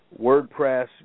WordPress